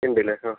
ഉണ്ട് അല്ലേ ആ